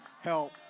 help